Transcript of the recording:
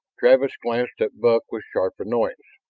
travis glanced at buck with sharp annoyance.